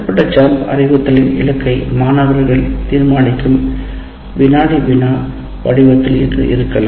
கொடுக்கப்பட்ட ஜம்ப் அறிவுறுத்தலின் இலக்கை மாணவர்கள் தீர்மானிக்கும் வினாடி வினா வடிவத்தில் இது இருக்கலாம்